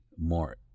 more